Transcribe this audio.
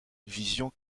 vision